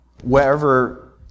wherever